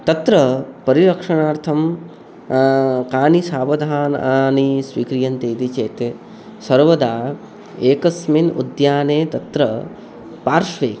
तत्र परिरक्षणार्थं कानि सावधानानि स्वीक्रियन्ते इति चेत् सर्वदा एकस्मिन् उद्याने तत्र पार्श्वे